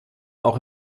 auch